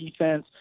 defense